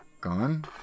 Gone